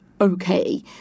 okay